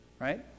right